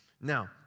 Now